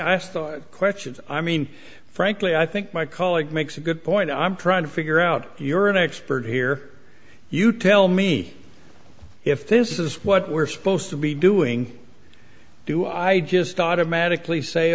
asked questions i mean frankly i think my colleague makes a good point i'm trying to figure out you're an expert here you tell me if this is what we're supposed to be doing do i just automatically say